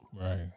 Right